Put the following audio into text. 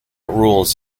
rules